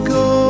go